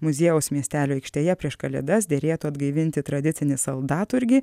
muziejaus miestelio aikštėje prieš kalėdas derėtų atgaivinti tradicinį saldaturgį